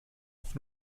auf